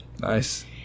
Nice